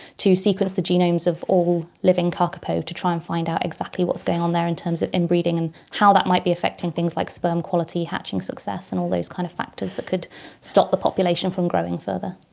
to sequence the genomes of all living kakapo to try and find out exactly what's going on there in terms of inbreeding and how that might be affecting things like sperm quality, hatching success and all those kind of factors that could stop the population from growing further.